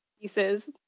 pieces